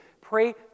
pray